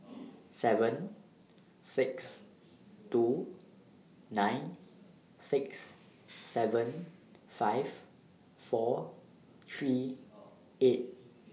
seven six two nine six seven five four three eight